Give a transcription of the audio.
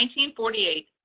1948